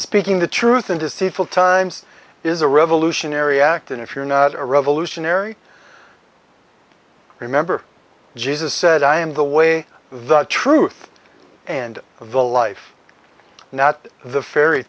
speaking the truth in deceitful times is a revolutionary act and if you're not a revolutionary remember jesus said i am the way the truth and the life not the fairy